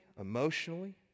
emotionally